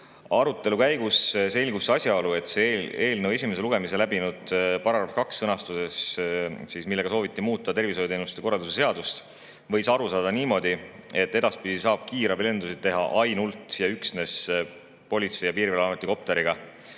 Arutelu käigus selgus asjaolu, et esimese lugemise läbinud § 2 sõnastusest, millega sooviti muuta tervishoiuteenuste korraldamise seadust, võis aru saada niimoodi, et edaspidi saab kiirabilendusid teha ainult ja üksnes Politsei- ja Piirivalveameti kopteriga.